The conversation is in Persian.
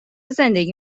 زندگی